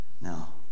now